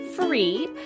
free